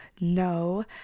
No